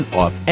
off